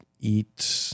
eat